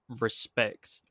respect